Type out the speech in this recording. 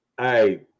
hey